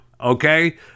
okay